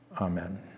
Amen